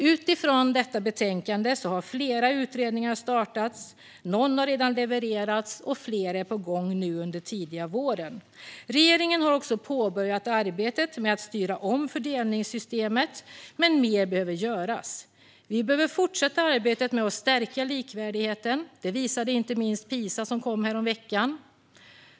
Utifrån detta betänkande har flera utredningar startats, någon har redan levererats och fler är på gång under början av våren. Regeringen har också påbörjat arbetet med att styra om fördelningssystemet, men mer behöver göras. Vi behöver fortsätta arbetet med att stärka likvärdigheten; det visade inte minst PISA, som kom häromveckan.